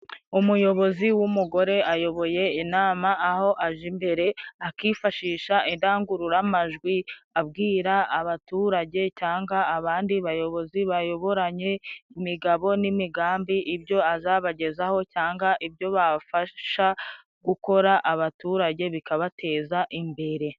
Umuyobozi w'umugore ayoboye inama aho aje imbere akifashisha indangururamajwi abwira abaturage cyangwa abandi bayobozi bayoboranye, imigabo n'imigambi ibyo azabagezaho cyangwa ibyo babafasha gukora abaturage bikabateza imbere.